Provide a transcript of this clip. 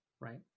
right